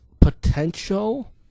potential